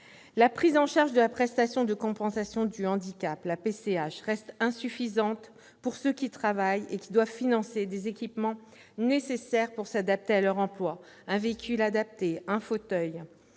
la prise en charge de la prestation de compensation du handicap, la PCH, reste insuffisante pour ceux qui travaillent et doivent financer les équipements nécessaires pour s'adapter à leur emploi, comme un véhicule adapté ou un fauteuil.